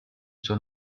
suo